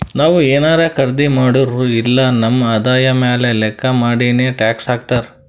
ನಾವ್ ಏನಾರೇ ಖರ್ದಿ ಮಾಡುರ್ ಇಲ್ಲ ನಮ್ ಆದಾಯ ಮ್ಯಾಲ ಲೆಕ್ಕಾ ಮಾಡಿನೆ ಟ್ಯಾಕ್ಸ್ ಹಾಕ್ತಾರ್